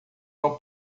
não